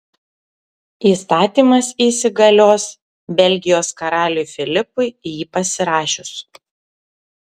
įstatymas įsigalios belgijos karaliui filipui jį pasirašius